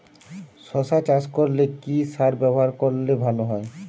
শশা চাষ করলে কি সার ব্যবহার করলে ভালো হয়?